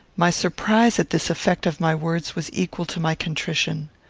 my surprise at this effect of my words was equal to my contrition.